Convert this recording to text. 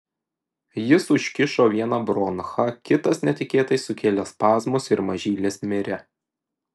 jis užkišo vieną bronchą kitas netikėtai sukėlė spazmus ir mažylis mirė